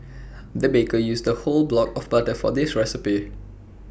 the baker used A whole block of butter for this recipe